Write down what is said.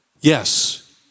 Yes